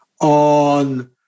on